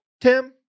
Tim